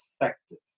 effective